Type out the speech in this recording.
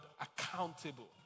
accountable